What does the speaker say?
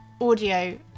audio